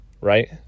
right